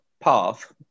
path